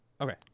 Okay